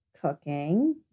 cooking